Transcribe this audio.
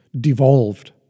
devolved